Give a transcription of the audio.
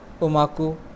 Umaku